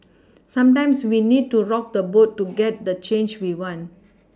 sometimes we need to rock the boat to get the change we want